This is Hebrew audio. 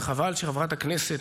וחבל שחברת הכנסת,